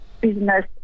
business